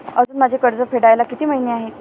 अजुन माझे कर्ज फेडायला किती महिने आहेत?